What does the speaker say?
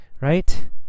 right